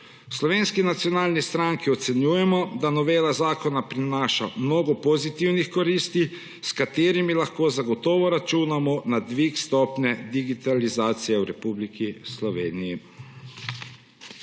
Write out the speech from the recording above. Slovenski nacionalni stranki ocenjujemo, da novela zakona prinaša mnogo pozitivnih koristi, s katerimi lahko zagotovo računamo na dvig stopnje digitalizacije v Republiki Sloveniji.